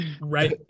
right